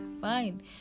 fine